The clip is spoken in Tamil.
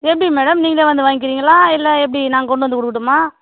எப்படி மேடம் நீங்களே வந்து வாய்ங்கிறீங்களா இல்லை எப்படி நாங்கள் கொண்டு வந்து கொடுக்கட்டுமா